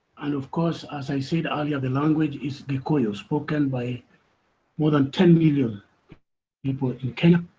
and of course as i said earlier, the language is gikuyu. spoken by more than ten million people in kenya,